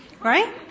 Right